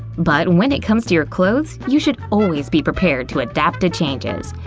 but when it comes to your clothes, you should always be prepared to adapt to changes.